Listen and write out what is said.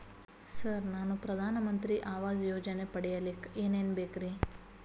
Sir ನಾನು ಪ್ರಧಾನ ಮಂತ್ರಿ ಆವಾಸ್ ಯೋಜನೆ ಪಡಿಯಲ್ಲಿಕ್ಕ್ ಏನ್ ಏನ್ ಬೇಕ್ರಿ?